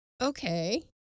Okay